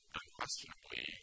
unquestionably